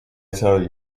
tell